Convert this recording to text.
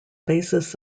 basis